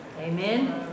Amen